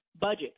budget